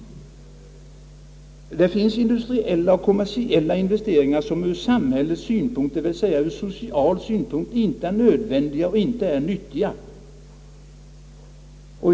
Det finns industriella och kommersiella investeringar som ur samhällets synpunkt, d. v. s. ur social synpunkt, inte är nödvändiga och inte är nyttiga.